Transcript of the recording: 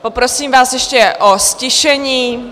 Poprosím vás ještě o ztišení.